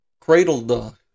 cradled